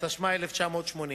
התשמ"א-1980.